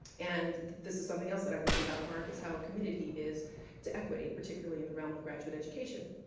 and this is something else i have learned about mark is how committed he is to equity, particularly in the realm of graduate education.